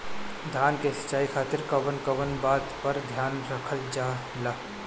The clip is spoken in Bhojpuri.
धान के सिंचाई खातिर कवन कवन बात पर ध्यान रखल जा ला?